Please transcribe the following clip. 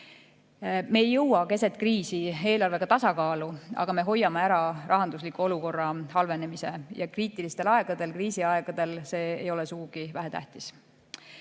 Me ei jõua keset kriisi eelarvega tasakaalu, aga me hoiame ära rahandusliku olukorra halvenemise ja kriitilistel aegadel, kriisiaegadel see ei ole sugugi vähetähtis.